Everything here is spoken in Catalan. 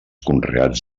conreats